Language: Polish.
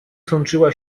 sączyła